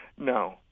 No